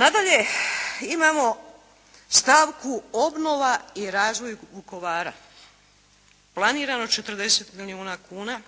Nadalje, imamo stavku obnova i razvoj Vukovara. Planirano 40 milijuna kuna,